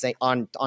on